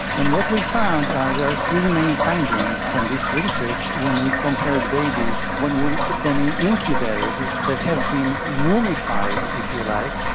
and what we found, there are three main findings from this research when we compared babies, when we put them in in incubators that have been wombified, if you like,